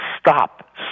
stop